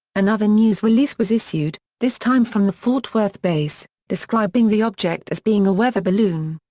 another news release was issued, this time from the fort worth base, describing the object as being a weather balloon.